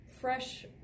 fresh